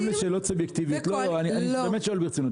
עם שאלות סובייקטיביות אני באמת שואל ברצינות,